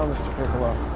mr. piccolo?